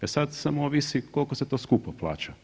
E sad, samo ovisi koliko se to skupo plaća.